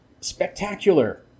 Spectacular